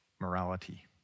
morality